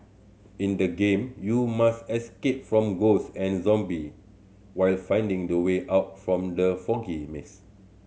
in the game you must escape from ghost and zombie while finding the way out from the foggy maze